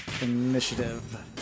initiative